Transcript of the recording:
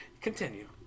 Continue